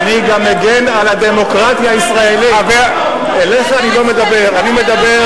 עליך הם מגינים.